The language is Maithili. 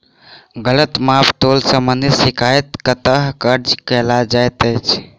गलत माप तोल संबंधी शिकायत कतह दर्ज कैल जाइत अछि?